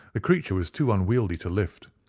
ah creature was too unwieldy to lift,